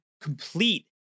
complete